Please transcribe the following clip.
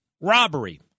Robbery